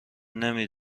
نمی